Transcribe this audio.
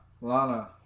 lana